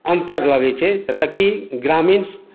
अन्तर लगैत छै जेतय कि ग्रामीण